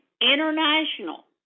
international